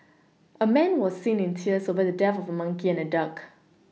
a man was seen in tears over the death of a monkey and a duck